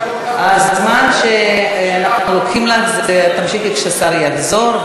הזמן שאנחנו לוקחים לך תמשיכי כשהשר יחזור,